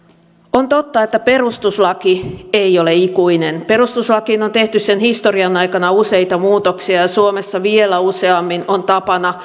on totta että perustuslaki ei ole ikuinen perustuslakiin on tehty sen historian aikana useita muutoksia ja ja suomessa vielä useammin on tapana